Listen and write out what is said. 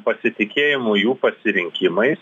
pasitikėjimu jų pasirinkimais